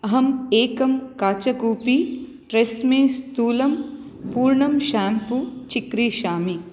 अहं एकं काचकूपी ट्रेस्मे स्थूलं पूर्णम् शेम्पू चिक्रीषामि